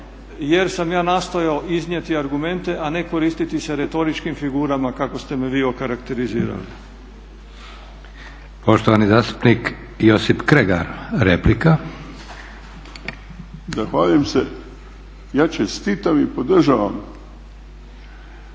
jer sam ja nastojao iznijeti argumente, a ne koristiti se retoričkim figurama kako ste me vi okarakterizirali. **Leko, Josip (SDP)** Poštovani zastupnik Josip Kregar, replika. **Kregar, Josip (Nezavisni)** Zahvaljujem se. Ja čestitam i podržavam